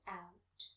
out